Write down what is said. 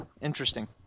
Interesting